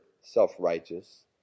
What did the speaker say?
self-righteous